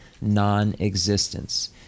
non-existence